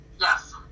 Yes